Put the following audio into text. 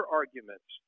arguments